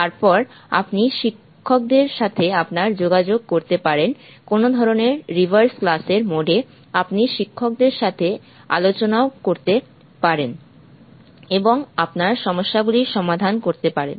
তারপর আপনি শিক্ষকদের সাথে আপনার যোগাযোগ করতে পারেন কোনও ধরণের রিভার্সড ক্লাস এর মোড এ আপনি শিক্ষকদের সাথে আলোচনা ও করতে পারেন এবং আপনার সমস্যাগুলির সমাধান করতে পারেন